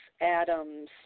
Adam's